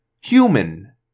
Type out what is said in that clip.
Human